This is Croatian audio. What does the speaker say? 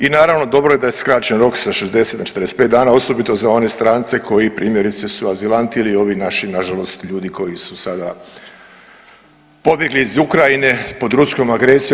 I naravno dobro je da je skraćen rok sa 60 na 45 dana osobito za one strance koji primjerice su azilanti ili ovi naši na žalost ljudi koji su sada pobjegli iz Ukrajine pod ruskom agresijom.